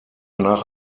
nach